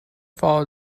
follow